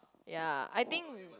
ya I think